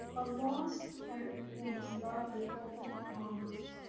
a lost grip means love with open palms,